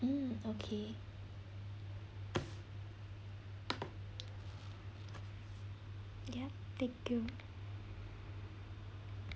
mm okay ya thank you